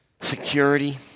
security